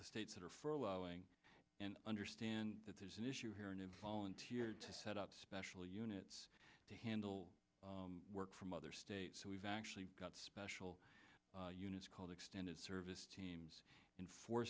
the states that are for allowing and understand that there's an issue here in new volunteers to set up special units to handle work from other states so we've actually got special units called extended service teams in four